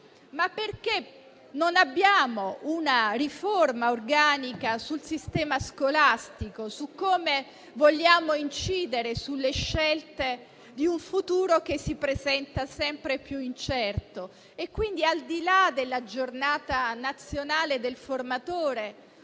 perché non abbiamo una riforma organica del sistema scolastico e del modo in cui vogliamo incidere sulle scelte di un futuro che si presenta sempre più incerto. Al di là della Giornata nazionale del formatore,